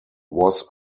was